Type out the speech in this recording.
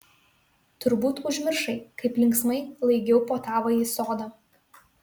turbūt užmiršai kaip linksmai laigiau po tavąjį sodą